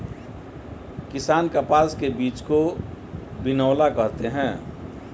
किसान कपास के बीज को बिनौला कहते है